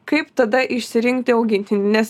kaip tada išsirinkti augintinį nes